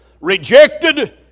Rejected